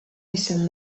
izan